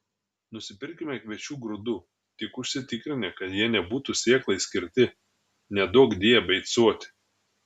nusipirkime kviečių grūdų tik užsitikrinę kad jie nebūtų sėklai skirti neduokdie beicuoti